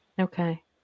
Okay